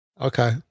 Okay